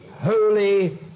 holy